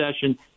session